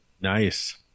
nice